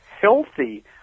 healthy